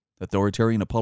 Authoritarian